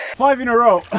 five in a row!